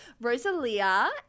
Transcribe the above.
Rosalia